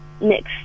next